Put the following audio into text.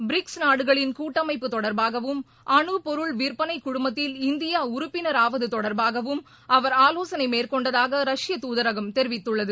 BRICS நாடுகளின் கூட்டமைப்பு தொடர்பாகவும் அணுபொருள் விற்பனை குழுமத்தில் இந்தியா உறுப்பினராவது தொடர்பாகவும் அவர் ஆலோசனை மேற்கொண்டதாக ரஷ்ய தூதரகம் தெரிவித்துள்ளது